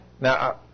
Now